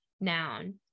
noun